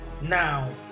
Now